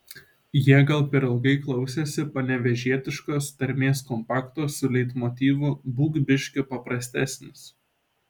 jie gal per ilgai klausėsi panevėžietiškos tarmės kompakto su leitmotyvu būk biškį paprastesnis